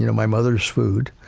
you know my mother's food,